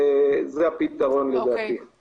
זה הפתרון לדעתי לפחות בשלב הראשון.